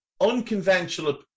Unconventional